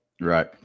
Right